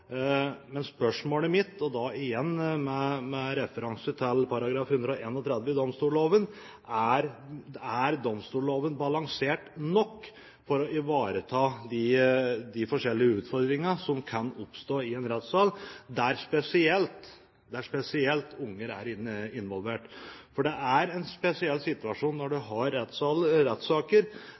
men spørsmålet mitt, og da igjen med referanse til § 131a i domstolloven, er: Er domstolloven balansert nok til å ivareta de forskjellige utfordringene som kan oppstå i en rettssal der spesielt unger er involvert? For det er en spesiell situasjon når en har rettssaker